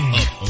up